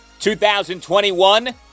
2021